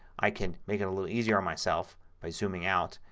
i can make it a little easier on myself by zooming out.